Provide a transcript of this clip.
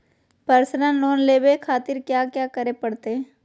Personal loan लेवे खातिर कया क्या करे पड़तइ?